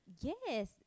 Yes